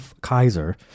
Kaiser